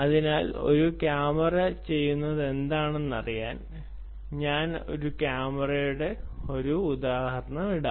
അതിനാൽ ഒരു ക്യാമറ ചെയ്യുന്നതെന്താണെന്നറിയാൻ ഞാൻ ഒരു ക്യാമറയുടെ ഒരു ഉദാഹരണം ഇടാം